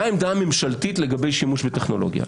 מה העמדה הממשלתית לגבי שימוש בטכנולוגיה?